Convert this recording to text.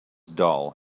dull